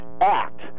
act